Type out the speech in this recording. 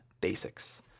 basics